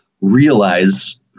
realize